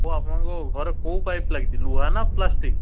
କେଉଁ ଆପଣଙ୍କ ଘରେ କେଉଁ ପାଇପ୍ ଲାଗିଛି ଲୁହା ନା ପ୍ଲାଷ୍ଟିକ